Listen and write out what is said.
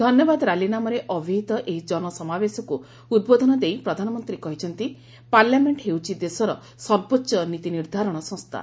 ଧନ୍ୟବାଦ ରାଲି ନାମରେ ଅବିହିତ ଏହି ଜନସମାବେଶକୁ ଉଦ୍ବୋଧନ ଦେଇ ପ୍ରଧାନମନ୍ତୀ କହିଛନ୍ତି ପାର୍ଲାମେଣ୍ ହେଉଛି ଦେଶର ସର୍ବୋଚ ନୀତିନିର୍ବ୍ଧାରଣ ସଂସ୍ଥା